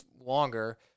longer